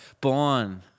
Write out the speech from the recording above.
born